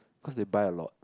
cause they buy a lot